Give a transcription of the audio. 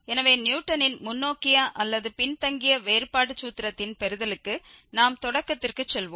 எனவே நியூட்டனின் முன்னோக்கிய அல்லது பின்தங்கிய வேறுபாடு சூத்திரத்தின் பெறுதலுக்கு நாம் தொடக்கத்திற்கு செல்வோம்